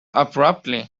abruptly